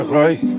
right